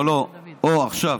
אוה, עכשיו.